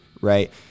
right